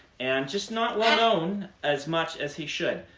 and just not well known as much as he should.